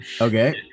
Okay